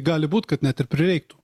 gali būti kad net ir prireiktų